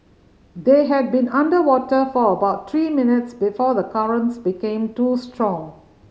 they had been underwater for about three minutes before the currents became too strong